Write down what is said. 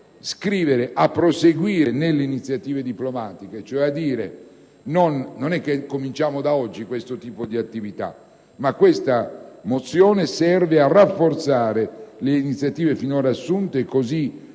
Governo a proseguire nelle iniziative diplomatiche, chiarendo quindi che non si comincia da oggi questo tipo di attività: questa mozione serve anzi a rafforzare le iniziative finora assunte, così